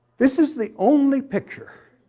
this is the only picture,